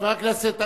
חבר הכנסת שאמה.